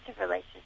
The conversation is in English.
relationship